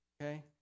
Okay